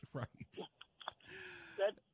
right